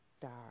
dark